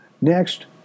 Next